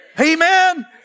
amen